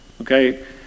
okay